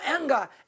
anger